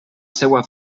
seua